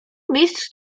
mistrz